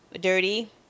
dirty